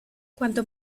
cuanto